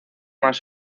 más